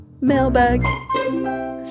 Mailbag